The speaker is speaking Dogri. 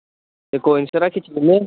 एह् कोई निं सर अस खिच्ची दिन्ने